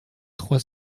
trois